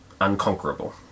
unconquerable